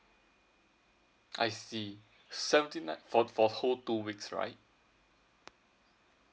I see seventy nine for for whole two weeks right